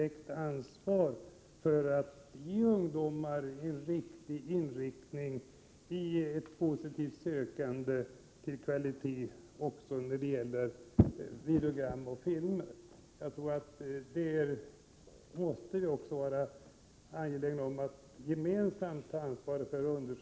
1987/88:122 direkt ansvar för att stimulera ungdomar att söka kvalitet också när det gäller 18 maj 1988 Jag tror att vi måste vara angelägna om att gemensamt ta ansvar härvidlag. "